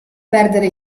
perdere